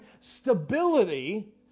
stability